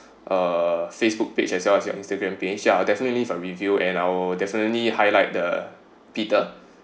uh facebook page as well as your instagram page yeah definitely leave a review and I'll definitely highlight the peter